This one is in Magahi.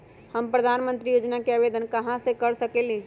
हम प्रधानमंत्री योजना के आवेदन कहा से कर सकेली?